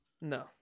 No